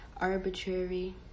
arbitrary